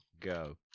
go